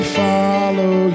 follow